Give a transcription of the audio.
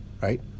right